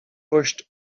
pushed